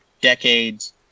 decades